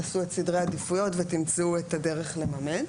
תעשו את סדרי העדיפויות ותמצאו את הדרך לממן.